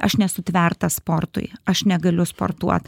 aš nesutvertas sportui aš negaliu sportuot